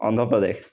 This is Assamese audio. অন্ধ প্ৰদেশ